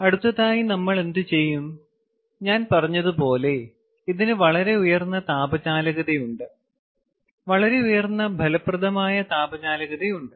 അടുത്തതായി നമ്മൾ എന്തുചെയ്യും ഞാൻ പറഞ്ഞതുപോലെ ഇതിന് വളരെ ഉയർന്ന താപചാലകതയുണ്ട് വളരെ ഉയർന്ന ഫലപ്രദമായ താപ ചാലകതയുണ്ട്